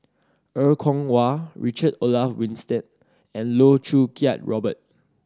Er Kwong Wah Richard Olaf Winstedt and Loh Choo Kiat Robert